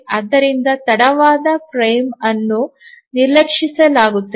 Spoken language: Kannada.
ಆದ್ದರಿಂದ ತಡವಾದ ಫ್ರೇಮ್ ಅನ್ನು ನಿರ್ಲಕ್ಷಿಸಲಾಗುತ್ತದೆ